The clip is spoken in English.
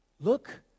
look